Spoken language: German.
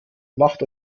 macht